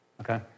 okay